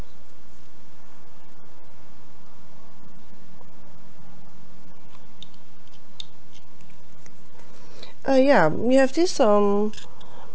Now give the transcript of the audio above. uh ya we have this um